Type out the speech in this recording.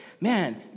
Man